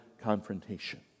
confrontation